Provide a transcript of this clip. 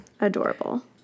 adorable